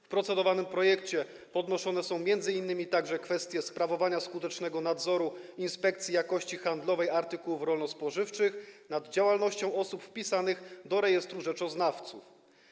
W procedowanym projekcie podnoszone są także m.in. kwestie sprawowania skutecznego nadzoru Inspekcji Jakości Handlowej Artykułów Rolno-Spożywczych nad działalnością osób wpisanych do rejestru rzeczoznawców.